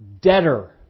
debtor